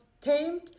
tamed